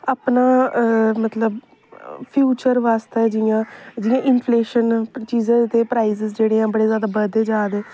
अपना मतलब फ्यूचर बास्तै जि'यां जि'यां इन्फलेशन चीजें दे प्राइज़ जेह्डे़ आं बडे़ जादा बधदे जा दे